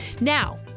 Now